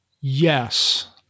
Yes